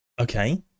okay